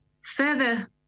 further